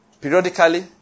Periodically